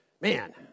man